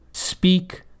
speak